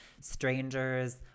strangers